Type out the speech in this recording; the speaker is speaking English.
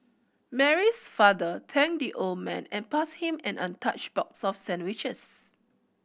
Mary's father thanked the old man and passed him an untouched box of sandwiches